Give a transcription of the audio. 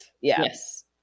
Yes